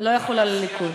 לא יחול על הליכוד.